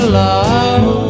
love